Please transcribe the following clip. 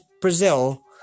Brazil